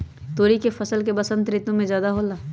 तोरी के फसल का बसंत ऋतु में ज्यादा होला?